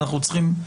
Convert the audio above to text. ואנחנו צריכים.